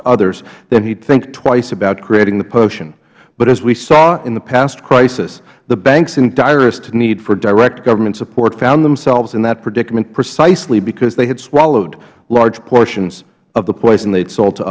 to others then he would think twice about creating the potion but as we saw in the past crisis the banks in direst need for direct government support found themselves in that predicament precisely because they had swallowed large portions of the poison the